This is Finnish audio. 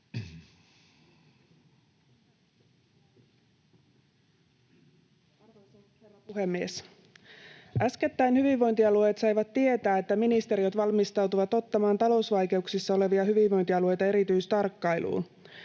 Arvoisa herra puhemies! Äskettäin hyvinvointialueet saivat tietää, että ministeriöt valmistautuvat ottamaan talousvaikeuksissa olevia hyvinvointialueita erityistarkkailuun.